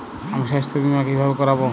আমি স্বাস্থ্য বিমা কিভাবে করাব?